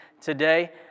today